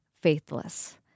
faithless